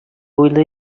буйлы